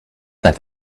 that